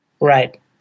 Right